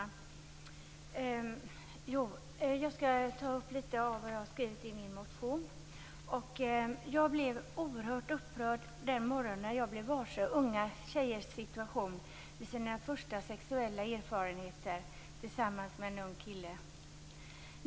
Fru talman! Jag skall ta upp en del av det jag har skrivit om i min motion. Jag blev oerhört upprörd den morgon när jag blev varse unga tjejers situation vid de första sexuella erfarenheterna tillsammans med en ung kille.